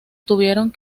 tuvieron